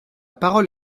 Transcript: parole